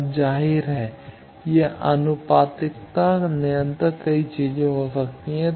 अब जाहिर है यह आनुपातिकता निरंतर कई चीजें हो सकती है